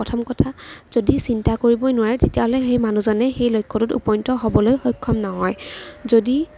প্ৰথম কথা যদি চিন্তা কৰিবই নোৱাৰে তেতিয়াহ'লে সেই মানুহজনে সেই লক্ষ্যটোত উপনীত হ'বলৈ সক্ষম নহয় যদি